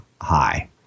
high